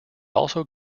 also